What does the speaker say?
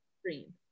screen